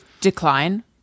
decline